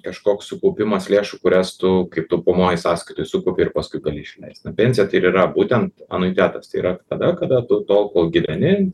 kažkoks sukaupimas lėšų kurias tu kaip taupomojoj sąskaitoj sukaupei ir paskui gali išleist pensija tai ir yra būtent anuitetas tai yra tada kada tu tol kol gyveni